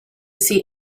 see